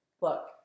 Look